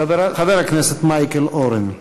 חבר הכנסת מייקל אורן.